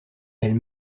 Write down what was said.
elle